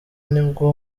nibwo